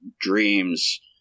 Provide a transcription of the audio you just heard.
dreams